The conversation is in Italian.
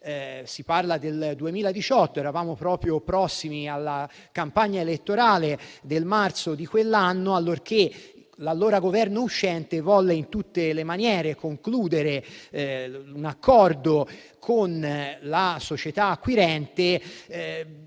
Parliamo del 2018: eravamo prossimi alla campagna elettorale del marzo di quell'anno, allorché l'allora Governo uscente volle, in tutte le maniere, concludere un accordo con la società acquirente,